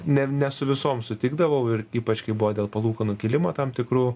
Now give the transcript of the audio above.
ne ne su visom sutikdavau ir ypač kai buvo dėl palūkanų kėlimo tam tikrų